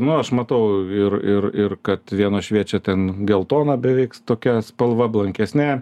nu aš matau ir ir ir kad vienos šviečia ten geltona beveiks tokia spalva blankesne